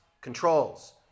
controls